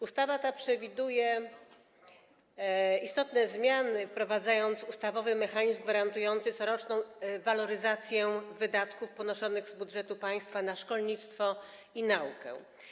Ustawa ta przewiduje istotne zmiany, wprowadzając ustawowy mechanizm gwarantujący coroczną waloryzację wydatków ponoszonych z budżetu państwa na szkolnictwo i naukę.